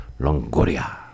Longoria